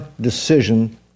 decision